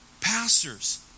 pastors